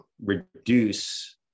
Reduce